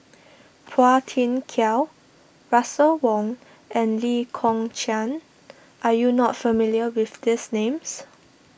Phua Thin Kiay Russel Wong and Lee Kong Chian are you not familiar with these names